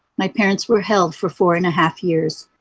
my parents were held for four and a half years.